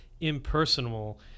impersonal